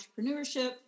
entrepreneurship